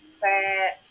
Sad